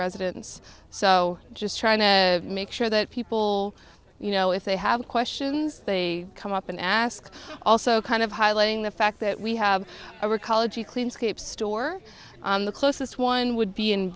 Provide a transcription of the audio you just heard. residents so just trying to make sure that people you know if they have questions they come up and ask also kind of highlighting the fact that we have a recall a g clean sweep store the closest one would be in